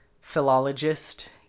philologist